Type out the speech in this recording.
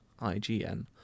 ign